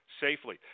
safely